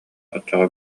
оччоҕо